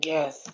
Yes